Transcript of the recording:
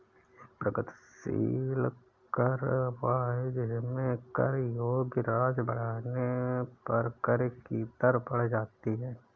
एक प्रगतिशील कर वह है जिसमें कर योग्य राशि बढ़ने पर कर की दर बढ़ जाती है